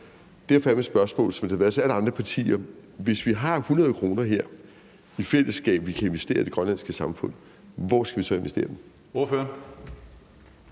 Derfor er mit spørgsmål, som det har været til alle andre partier: Hvis vi har 100 kr. her i fællesskab, vi kan investere i det grønlandske samfund, hvor skal vi så investere dem?